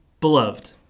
Beloved